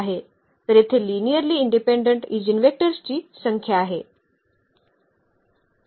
तर येथे linearly independent ईजीनवेक्टर्सची संख्या आहे